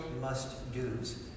must-dos